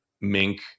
mink